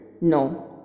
No